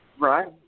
Right